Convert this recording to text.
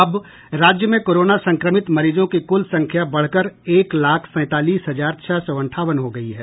अब राज्य में कोरोना संक्रमित मरीजों की कुल संख्या बढ़कर एक लाख सैंतालीस हजार छह सौ अंठावन हो गई है